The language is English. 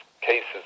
cases